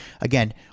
Again